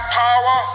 power